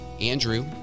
Andrew